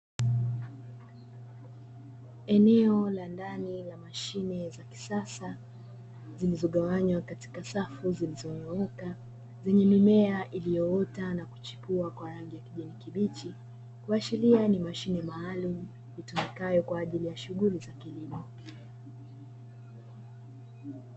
Eneo la ndani la mashine za kisasa zilizogawanywa katika safu zilizonyooka zenye mimea iliyoota na kuchipua kwa rangi ya kijani kibichi kuashiria ni mashine maalum itumikayo kwa ajili ya shughuli za kilimo.